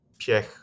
Piech